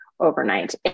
overnight